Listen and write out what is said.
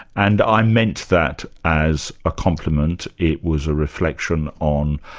and i meant that as a compliment. it was a reflection on